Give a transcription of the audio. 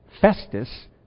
Festus